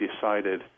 decided